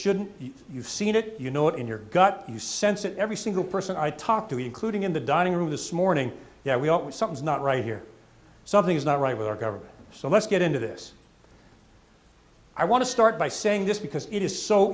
shouldn't you've seen it you know it in your gut you sense it every single person i talked to including in the dining room this morning that we are something is not right here something's not right with our government so let's get into this i want to start by saying this because it is so